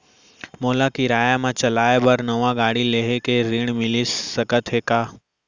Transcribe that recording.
मोला किराया मा चलाए बर नवा गाड़ी लेहे के ऋण मिलिस सकत हे का?